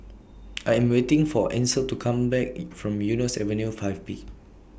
I Am waiting For Ansel to Come Back from Eunos Avenue five B